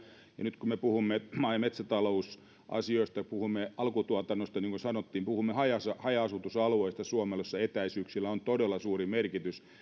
nyt kun me puhumme maa ja metsätalousasioista ja puhumme alkutuotannosta kuin sanottiin puhumme haja haja asutusalueista suomessa jossa etäisyyksillä on todella suuri merkitys